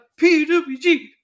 pwg